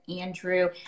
Andrew